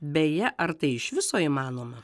beje ar tai iš viso įmanoma